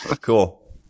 Cool